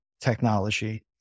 technology